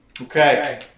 Okay